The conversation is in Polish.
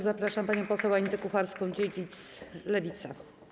Zapraszam panią poseł Anitę Kucharską-Dziedzic, Lewica.